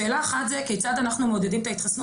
שאלה אחת זה כיצד אנחנו מודדים את ההתחסנות